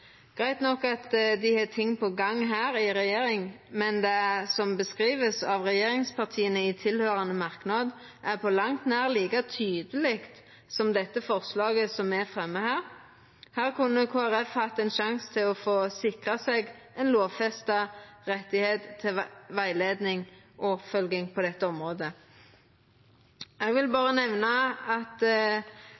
nok at dei har ting på gang i regjeringa, men det som vert beskrive av regjeringspartia i tilhøyrande merknad, er på langt nær like tydeleg som det forslaget me fremjar her. Her kunne Kristeleg Folkeparti hatt ein sjanse til å sikra ein lovfesta rett til rettleiing og oppfølging på dette området. Eg vil